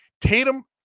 Tatum